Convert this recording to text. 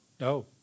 No